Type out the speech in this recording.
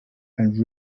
and